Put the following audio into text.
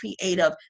creative